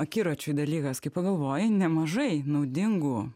akiračiui dalykas kai pagalvoji nemažai naudingų